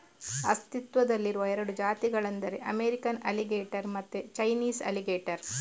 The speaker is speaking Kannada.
ಅಸ್ತಿತ್ವದಲ್ಲಿರುವ ಎರಡು ಜಾತಿಗಳೆಂದರೆ ಅಮೇರಿಕನ್ ಅಲಿಗೇಟರ್ ಮತ್ತೆ ಚೈನೀಸ್ ಅಲಿಗೇಟರ್